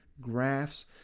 Graphs